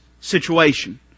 situation